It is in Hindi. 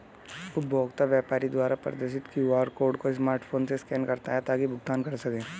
उपभोक्ता व्यापारी द्वारा प्रदर्शित क्यू.आर कोड को स्मार्टफोन से स्कैन करता है ताकि भुगतान कर सकें